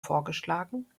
vorgeschlagen